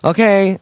Okay